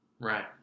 Right